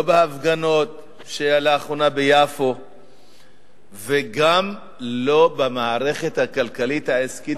לא בהפגנות שהיו לאחרונה ביפו וגם לא במערכת הכלכלית העסקית,